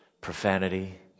profanity